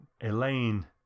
Elaine